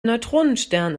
neutronenstern